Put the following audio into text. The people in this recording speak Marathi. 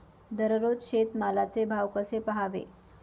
दररोज शेतमालाचे भाव कसे पहावे?